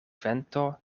vento